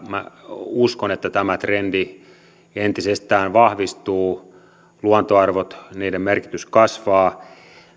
uskon että tämä trendi entisestään vahvistuu luontoarvojen merkitys kasvaa